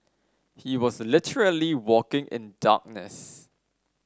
he was literally walking in darkness